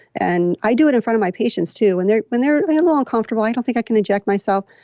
and i do it in front of my patients too. when they're when they're a little uncomfortable, i don't think i can inject myself.